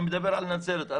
אני מדבר על נצרת.